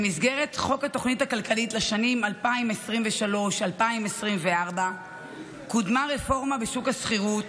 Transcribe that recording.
במסגרת חוק התוכנית הכלכלית לשנים 2024-2023 קודמה רפורמה בשוק השכירות,